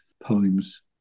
poems